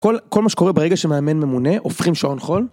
כל מה שקורה ברגע שמאמן ממונה, הופכים שעון חול.